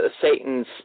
satan's